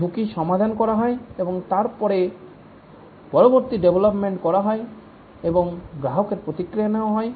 ঝুঁকি সমাধান করা হয় এবং তারপরে পরবর্তী ডেভলপমেন্ট করা হয় এবং গ্রাহকের প্রতিক্রিয়া নেওয়া হয়